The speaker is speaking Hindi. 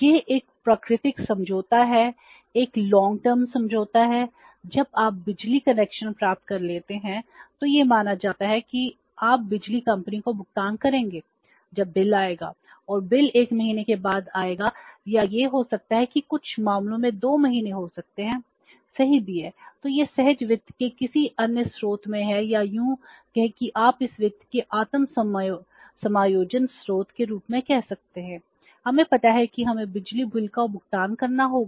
यह एक प्राकृतिक समझौता है एक दीर्घकालिक के आत्म समायोजन स्रोत के रूप में कह सकते हैं हमें पता है कि हमें बिजली बिल का भुगतान करना होगा